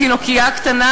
התינוקייה קטנה.